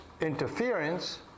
interference